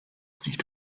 nicht